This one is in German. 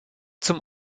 zum